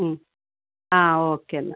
ആ ഒക്കെയെന്നാൽ